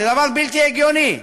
זה דבר בלתי הגיוני.